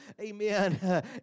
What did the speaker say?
Amen